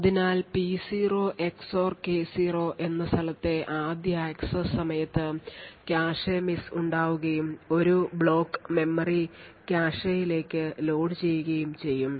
അതിനാൽ P0 XOR K0 എന്ന സ്ഥലത്തെ ആദ്യ ആക്സസ് സമയത്ത് കാഷെ miss ഉണ്ടാവുകയും ഒരു ബ്ലോക്ക് മെമ്മറി കാഷെയിലേക്ക് ലോഡ് ചെയ്യുകയും ചെയ്യും